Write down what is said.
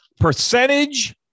percentage